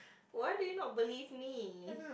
why do you not believe me